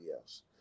else